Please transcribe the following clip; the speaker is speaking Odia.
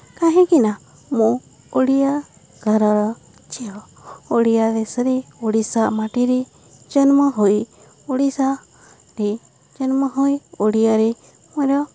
କାହିଁକିନା ମୁଁ ଓଡ଼ିଆ ଘରର ଝିଅ ଓଡ଼ିଆ ଦେଶରେ ଓଡ଼ିଶା ମାଟିରେ ଜନ୍ମ ହୋଇ ଓଡ଼ିଶାରେ ଜନ୍ମ ହୋଇ ଓଡ଼ିଆରେ ମୋର